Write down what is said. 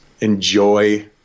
enjoy